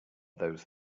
those